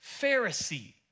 Pharisee